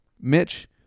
mitch